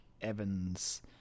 Evans